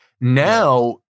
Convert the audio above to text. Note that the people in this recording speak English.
Now